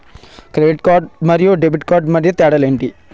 Credit card మరియు debit card మధ్య తేడా ఎంటి?